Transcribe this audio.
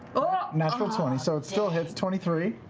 oh, natural twenty, so it still hits, twenty three.